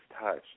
touched